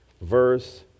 verse